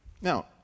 Now